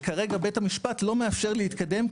וכרגע בית המשפט לא מאפשר לי להתקדם,